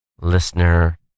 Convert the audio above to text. listener